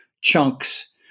chunks